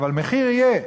אבל מחיר יהיה.